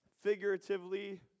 figuratively